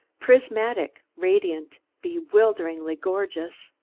prismatic, radiant, bewilderingly gorgeous.